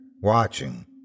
watching